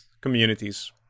communities